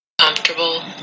Comfortable